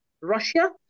Russia